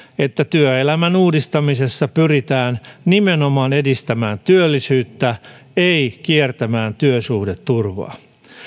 että työelämän uudistamisessa pyritään nimenomaan edistämään työllisyyttä ei kiertämään työsuhdeturvaa